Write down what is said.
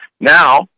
Now